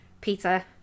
Peter